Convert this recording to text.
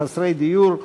חסרי דיור,